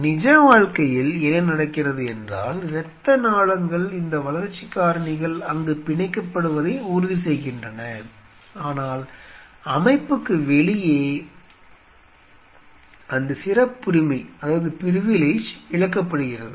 நிஜ வாழ்க்கையில் என்ன நடக்கிறது என்றால் இரத்த நாளங்கள் இந்த வளர்ச்சி காரணிகள் அங்கு பிணைக்கப்படுவதை உறுதி செய்கின்றன ஆனால் அமைப்புக்கு வெளியே அந்த சிறப்புரிமை இழக்கப்படுகிறது